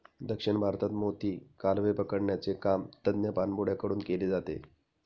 दक्षिण भारतात मोती, कालवे पकडण्याचे काम तज्ञ पाणबुड्या कडून केले जाते